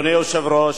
אדוני היושב-ראש,